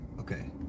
Okay